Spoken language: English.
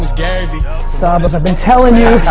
saba, i've been telling you.